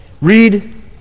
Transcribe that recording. Read